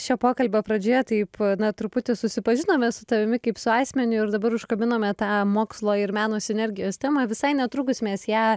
šio pokalbio pradžioje taip na truputį susipažinome su tavimi kaip su asmeniu ir dabar užkabinome tą mokslo ir meno sinergijos temą visai netrukus mes ją